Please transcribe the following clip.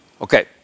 Okay